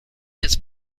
his